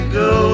go